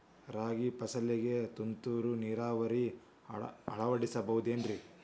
ರಾಗಿ ಫಸಲಿಗೆ ತುಂತುರು ನೇರಾವರಿ ಅಳವಡಿಸಬಹುದೇನ್ರಿ?